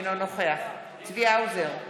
אינו נוכח צבי האוזר,